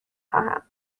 خواهم